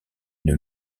une